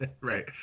Right